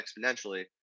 exponentially